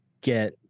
get